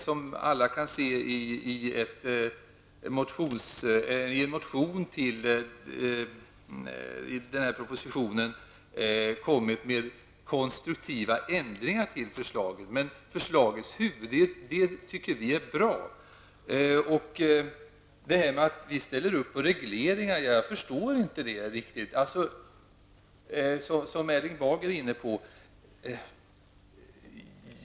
Som alla kan se har vi i en motion till denna proposition föreslagit konstruktiva ändringar, även om vi tycker att propositionsförslaget i sin huvudsak är bra. Jag förstår inte Erling Bagers tal om att vi skulle ställa upp på regleringar.